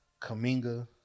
Kaminga